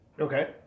Okay